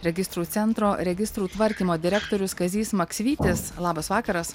registrų centro registrų tvarkymo direktorius kazys maksvytis labas vakaras